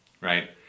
right